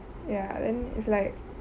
ya then it's like